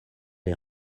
les